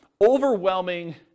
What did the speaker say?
overwhelming